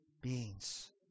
beings